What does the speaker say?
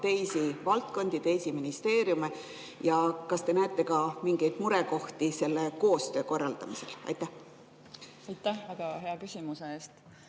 teisi valdkondi, teisi ministeeriume? Ja kas te näete ka mingeid murekohti selle koostöö korraldamisel? Aitäh väga hea küsimuse eest!